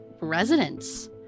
residents